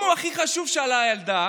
אם הוא הכי חשוב, שאלה הילדה,